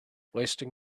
wasting